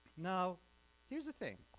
now here's the thing,